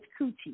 coochie